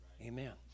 Amen